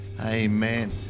Amen